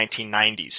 1990s